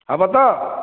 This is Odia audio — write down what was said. ହେବ ତ